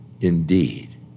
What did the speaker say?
indeed